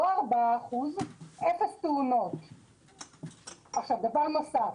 לא 4%. בנוסף,